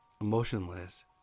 emotionless